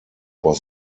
was